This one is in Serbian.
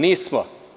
Nismo.